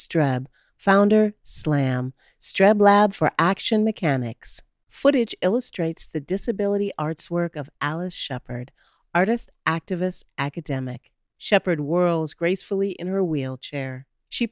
streb founder slam streb lab for action mechanics footage illustrates the disability arts work of alice shepherd artist activist academic shepherd whirls gracefully in her wheelchair she